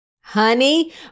Honey